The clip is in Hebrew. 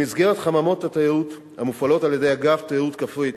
במסגרת חממות התיירות המופעלות על-ידי אגף תיירות כפרית,